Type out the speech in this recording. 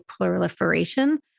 proliferation